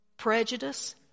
prejudice